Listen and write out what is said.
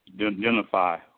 identify